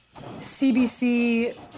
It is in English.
CBC